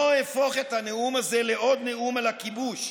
לא אהפוך את הנאום הזה לעוד נאום על הכיבוש,